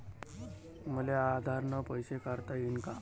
मले आधार न पैसे काढता येईन का?